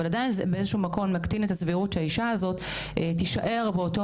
אבל עדיין זה מקטין את הסבירות שהאישה הזאת תישאר באותו